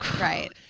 Right